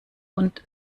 und